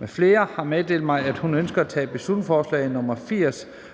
nr. B 80 (Forslag til folketingsbeslutning